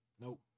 Nope